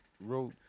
wrote